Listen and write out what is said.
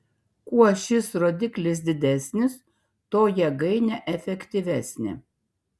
kuo šis rodiklis didesnis tuo jėgainė efektyvesnė